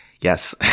yes